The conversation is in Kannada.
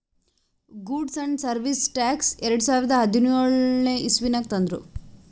ಗೂಡ್ಸ್ ಆ್ಯಂಡ್ ಸರ್ವೀಸ್ ಟ್ಯಾಕ್ಸ್ ಎರಡು ಸಾವಿರದ ಹದಿನ್ಯೋಳ್ ಇಸವಿನಾಗ್ ತಂದುರ್